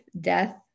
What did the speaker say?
death